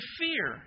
fear